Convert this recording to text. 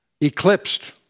eclipsed